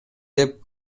деп